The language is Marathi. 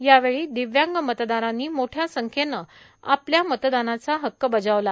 यावेळी दिव्यांग मतदारांनी मोठ्या संख्येनं आपल्या मतदानाचा हक्क बजावला